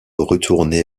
retourné